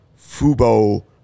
Fubo